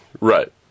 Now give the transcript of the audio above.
Right